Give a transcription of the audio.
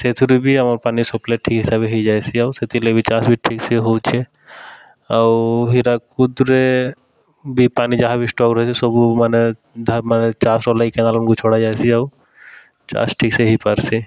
ସେଥିରୁ ବି ଆମର୍ ପାନି ସପ୍ଲାଏ ଠିକ୍ ହିସାବେ ହେଇଯାଇସି ଆଉ ସେଥିର୍ଲାଗିବି ଚାଷ୍ ବି ଠିକ୍ ସେ ହଉଛେ ଆଉ ହିରାକୁଦ୍ରେ ବି ପାନି ଯାହା ବି ଷ୍ଟକ୍ ରହିସି ସବୁ ମାନେ ମାନେ ଚାଷ ଲାଗି କେନାଲ୍ମାନ୍କୁ ଛଡ଼ାଯାଇସି ଆଉ ଚାଷ୍ ଠିକ୍ସେ ହେଇପାର୍ସି